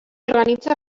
organitza